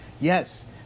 yes